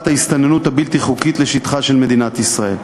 ההסתננות הבלתי-חוקית לשטחה של מדינת ישראל.